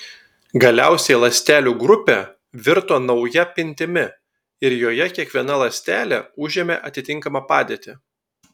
galiausiai ląstelių grupė virto nauja pintimi ir joje kiekviena ląstelė užėmė atitinkamą padėtį